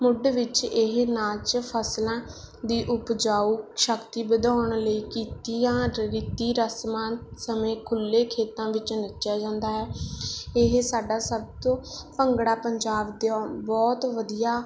ਮੁੱਢ ਵਿੱਚ ਇਹ ਨਾਚ ਫਸਲਾਂ ਦੀ ਉਪਜਾਊ ਸ਼ਕਤੀ ਵਧਾਉਣ ਲਈ ਕੀਤੀਆਂ ਰੀਤੀ ਰਸਮਾਂ ਸਮੇਂ ਖੁੱਲ੍ਹੇ ਖੇਤਾਂ ਵਿੱਚ ਨੱਚਿਆ ਜਾਂਦਾ ਹੈ ਇਹ ਸਾਡਾ ਸਭ ਤੋਂ ਭੰਗੜਾ ਪੰਜਾਬ ਦਾ ਬਹੁਤ ਵਧੀਆ